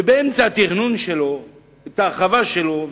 ובאמצע התכנון שלו וההרחבה שלו,